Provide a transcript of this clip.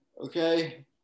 okay